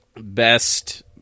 best